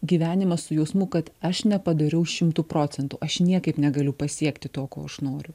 gyvenimas su jausmu kad aš nepadariau šimtu procentų aš niekaip negaliu pasiekti to ko aš noriu